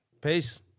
Peace